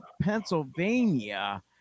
Pennsylvania